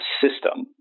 system